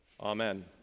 Amen